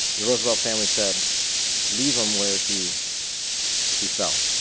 the roosevelt family said leave him where he he fell.